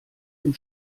dem